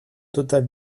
total